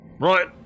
Right